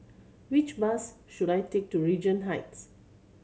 which bus should I take to Regent Heights